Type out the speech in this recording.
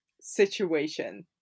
situation